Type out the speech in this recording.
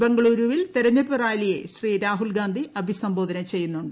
ബംഗളൂരുവിൽ തിരഞ്ഞെടുപ്പ് റാലിയെ ശ്രീ രാഹുൽഗാന്ധി അഭിസംബോധന ചെയ്യുന്നുണ്ട്